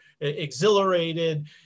exhilarated